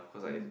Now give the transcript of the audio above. mm